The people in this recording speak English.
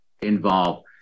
involve